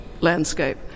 landscape